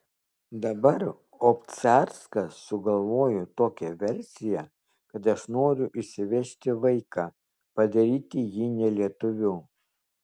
dabar obcarskas sugalvojo tokią versiją kad aš noriu išsivežti vaiką padaryti jį ne lietuviu